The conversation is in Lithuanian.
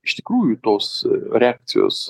iš tikrųjų tos reakcijos